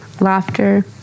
laughter